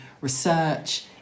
research